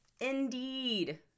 Indeed